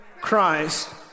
Christ